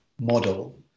model